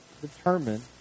determine